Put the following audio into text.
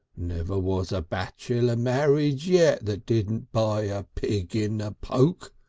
never was a bachelor married yet that didn't buy a pig in a poke.